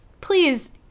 please